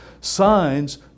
Signs